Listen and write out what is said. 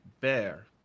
bear